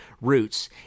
roots